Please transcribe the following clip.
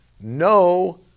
No